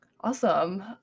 Awesome